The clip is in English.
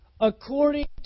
According